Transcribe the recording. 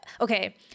okay